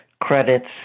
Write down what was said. credits